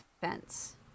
fence